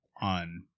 on